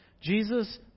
Jesus